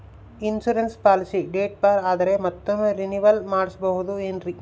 Insurance policy date ಬಾರ್ ಆದರೆ ಮತ್ತೊಮ್ಮೆ ರಿನಿವಲ್ ಮಾಡಿಸಬಹುದೇ ಏನ್ರಿ?